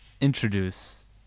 introduce